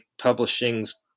Publishing's